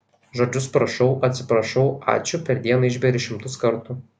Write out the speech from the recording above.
žodžius prašau atsiprašau ačiū per dieną išberi šimtus kartų